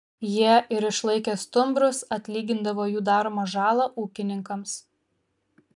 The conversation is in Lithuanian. jie ir išlaikė stumbrus atlygindavo jų daromą žalą ūkininkams